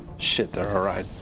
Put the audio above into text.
shit, they're our ride,